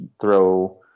throw